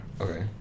Okay